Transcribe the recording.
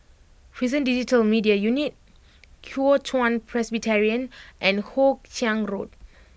Prison Digital Media Unit Kuo Chuan Presbyterian and Hoe Chiang Road